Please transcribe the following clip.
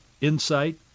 insight